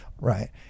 Right